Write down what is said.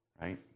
Right